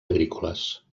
agrícoles